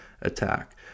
attack